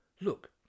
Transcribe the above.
look